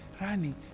running